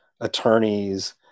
attorneys